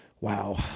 Wow